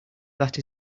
that